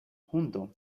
junto